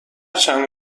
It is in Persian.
چند